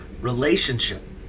relationship